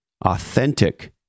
authentic